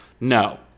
no